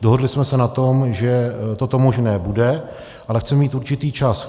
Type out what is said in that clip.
Dohodli jsme se na tom, že toto možné bude, ale chceme mít určitý čas.